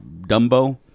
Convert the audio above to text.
Dumbo